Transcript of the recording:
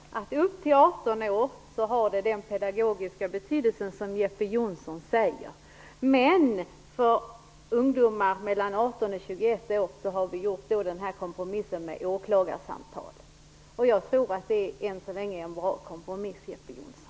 Fru talman! Jag tycker att vi har gjort en kompromiss. För ungdomar upp till 18 år skall domstolen ha den pedagogiska betydelse som Jeppe Johnsson säger. För ungdomar mellan 18 och 21 år har vi gjort en kompromiss med åklagarsamtal. Jag tror att det än så länge är en bra kompromiss, Jeppe Johnsson.